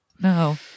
No